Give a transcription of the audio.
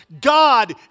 God